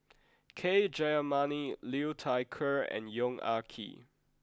K Jayamani Liu Thai Ker and Yong Ah Kee